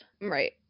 Right